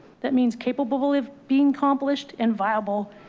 that means capable of being accomplished and viable,